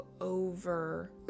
over